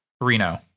Reno